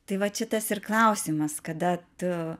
tai vat šitas ir klausimas kada tu